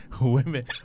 Women